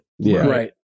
Right